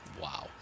Wow